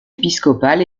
épiscopal